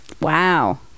Wow